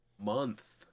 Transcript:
month